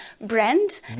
brand